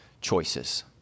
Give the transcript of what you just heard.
choices